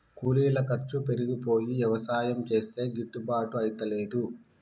కూలీల ఖర్చు పెరిగిపోయి యవసాయం చేస్తే గిట్టుబాటు అయితలేదు